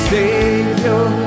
Savior